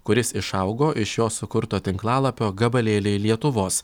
kuris išaugo iš jo sukurto tinklalapio gabalėliai lietuvos